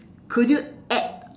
could you add